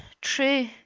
True